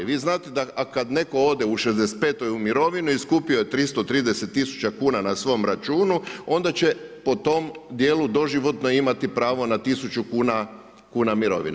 Vi znate da kad netko ode u 65. u mirovinu i skupio je 330 000 kuna na svom računu, onda će po tom djelu doživotno imati pravo na 1000 kuna mirovine.